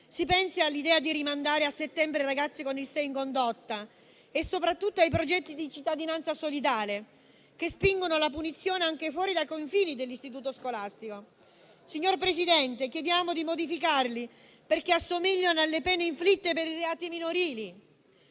Si pensi all'idea di rimandare a settembre i ragazzi con 6 in condotta e soprattutto ai progetti di cittadinanza solidale, che spingono la punizione anche fuori dai confini dell'istituto scolastico. Signor Presidente, chiediamo di modificarli, perché assomigliano alle pene inflitte per i reati minorili.